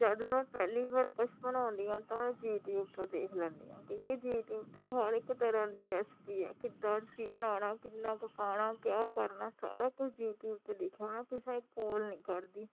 ਜਦ ਮੈਂ ਪਹਿਲੀ ਵਾਰ ਕੁਛ ਬਣਾਉਂਦੀ ਹਾਂ ਤਾਂ ਯੂਟਿਊਬ ਤੋਂ ਦੇਖ ਲੈਂਦੀ ਹਾਂ ਠੀਕ ਆ ਯੂਟਿਊਬ 'ਤੇ ਹਰ ਇੱਕ ਤਰ੍ਹਾਂ ਦੀ ਰੈਸਪੀ ਹੈ ਕਿੱਦਾਂ ਤੁਸੀਂ ਬਣਾਉਣਾ ਕਿੰਨਾ ਕੁ ਪਾਉਣਾ ਕਿਆ ਕਰਨਾ ਸਾਰਾ ਕੁਝ ਯੂਟੀਊਬ 'ਤੇ ਲਿਖਣਾ ਕਿਸੇ